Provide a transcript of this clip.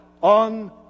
on